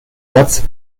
satz